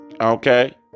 Okay